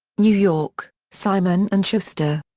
new york simon and schuster.